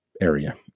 area